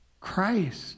Christ